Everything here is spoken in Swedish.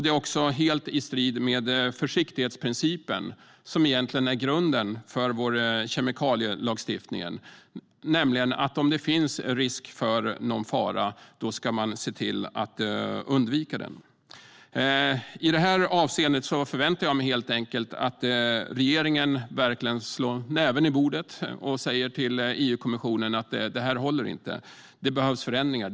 Det är också helt i strid med försiktighetsprincipen, som egentligen är grunden för vår kemikalielagstiftning, nämligen att om det finns risk för någon fara ska man se till att undvika den. I detta avseende förväntar jag mig helt enkelt att regeringen verkligen slår näven i bordet och säger till EU-kommissionen att detta inte håller och att det behövs förändringar.